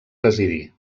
residir